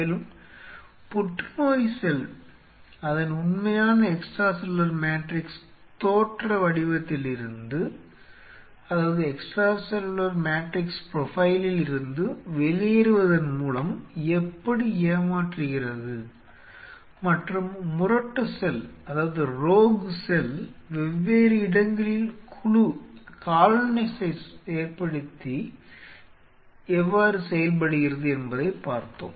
மேலும் புற்றுநோய் செல் அதன் உண்மையான எக்ஸ்ட்ரா செல்லுலார் மேட்ரிக்ஸ் தோற்ற வடிவத்திலிருந்து வெளியேறுவதன் மூலம் எப்படி ஏமாற்றுகிறது மற்றும் முரட்டு செல் வெவ்வேறு இடங்களில் குழுவை ஏற்படுத்துகிறது என்பதைப் பார்த்தோம்